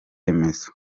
remezo